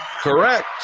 correct